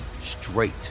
straight